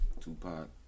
Tupac